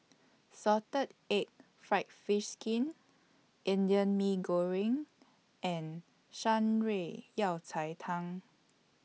Salted Egg Fried Fish Skin Indian Mee Goreng and Shan Rui Yao Cai Tang